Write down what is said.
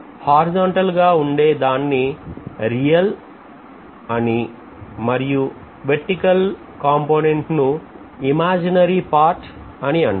horizontal గా ఉండే దాన్ని రియల్ అని మరియు vertical కాంపోనెంట్ ను ఇమాజినరీ పార్ట్ అని అంటాం